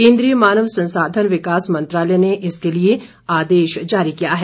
केन्द्रीय मानव संसाधन विकास मंत्रालय ने इसके लिए आदेश जारी किया है